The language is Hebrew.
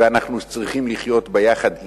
ואנחנו צריכים לחיות ביחד אתכם,